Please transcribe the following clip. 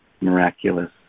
miraculous